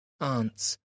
aunts